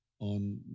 on